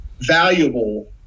valuable